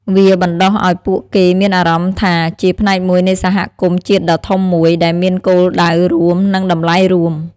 វាបណ្ដុះឱ្យពួកគេមានអារម្មណ៍ថាជា ផ្នែកមួយនៃសហគមន៍ជាតិដ៏ធំមួយ ដែលមានគោលដៅរួម និងតម្លៃរួម។